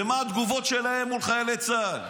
ומה התגובות שלהם על חיילי צה"ל.